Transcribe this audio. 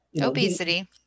Obesity